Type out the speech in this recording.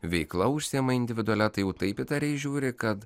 veikla užsiima individualia tai jau taip įtariai žiūri kad